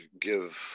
give